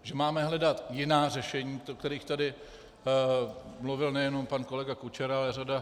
Že máme hledat jiná řešení, o kterých tady mluvil nejenom pan kolega Kučera, ale řada...